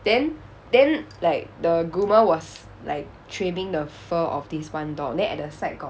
then then like the groomer was like trimming the fur of this one dog then at the side got